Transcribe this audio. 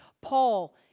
paul